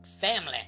family